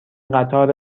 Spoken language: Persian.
قطار